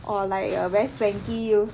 or like a very swankier you